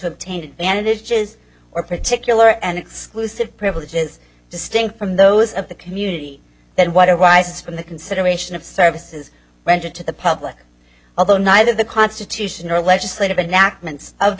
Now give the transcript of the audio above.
obtain advantages or particular and exclusive privileges distinct from those of the community than what arises from the consideration of services rendered to the public although neither the constitution nor legislative enactments of the